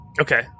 Okay